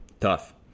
tough